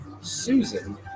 Susan